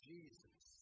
Jesus